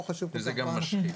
לא חשוב --- זה גם משחית.